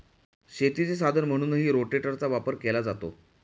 शेतीचे साधन म्हणूनही रोटेटरचा वापर केला जातो